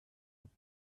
here